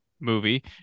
movie